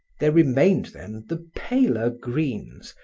there remained, then, the paler greens,